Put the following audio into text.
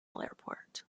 airport